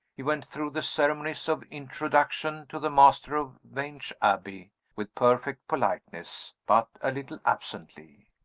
he went through the ceremonies of introduction to the master of vange abbey with perfect politeness, but a little absently.